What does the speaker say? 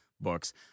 books